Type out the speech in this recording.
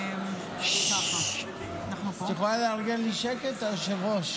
את יכולה לארגן לי שקט, היושבת-ראש?